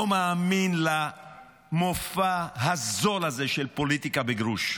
לא מאמין למופע הזול הזה של פוליטיקה בגרוש.